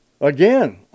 again